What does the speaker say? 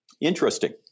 interesting